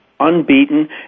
unbeaten